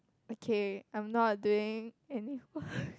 okay I'm not doing any work